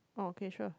oh okay sure